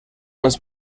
was